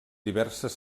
diverses